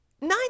nine